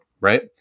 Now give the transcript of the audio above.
right